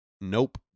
Nope